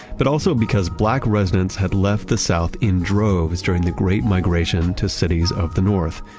but also because black residents had left the south in droves during the great migration to cities of the north.